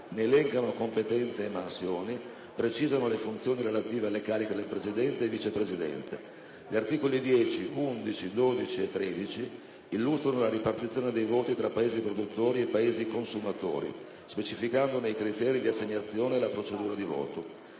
elencano competenze e mansioni, precisano le funzioni relative alle cariche del presidente e del vice presidente. Gli articoli 10, 11, 12 e 13 illustrano la ripartizione dei voti tra Paesi produttori e Paesi consumatori, specificandone i criteri di assegnazione e la procedura di voto.